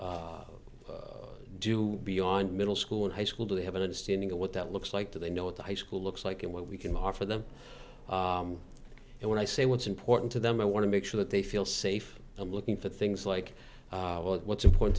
do beyond middle school and high school do they have an understanding of what that looks like to they know what the high school looks like and what we can hard for them and when i say what's important to them i want to make sure that they feel safe i'm looking for things like well what's important